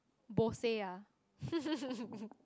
Bose ah